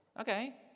Okay